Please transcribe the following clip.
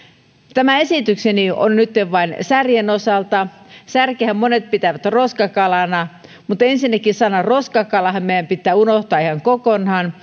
tämä esitykseni on nytten vain särjen osalta särkeähän monet pitävät roskakalana mutta ensinnäkin sana roskakala meidän pitää unohtaa ihan kokonaan